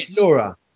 Laura